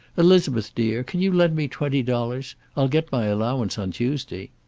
elizabeth dear, can you lend me twenty dollars? i'll get my allowance on tuesday.